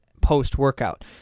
post-workout